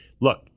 Look